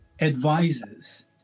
advises